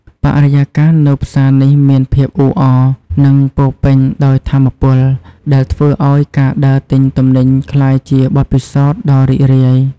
បរិយាកាសនៅផ្សារនេះមានភាពអ៊ូអរ និងពោរពេញដោយថាមពល ដែលធ្វើឱ្យការដើរទិញទំនិញក្លាយជាបទពិសោធន៍ដ៏រីករាយ។